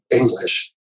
English